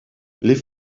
les